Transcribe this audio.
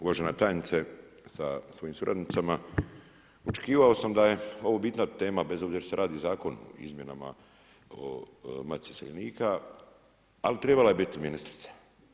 Uvažena tajnice sa svojim suradnicama, očekivao sam da je ovo bitna tema bez obzira jer se radi Zakon o izmjenama o Matici iseljenika, ali trebala je biti ministrica.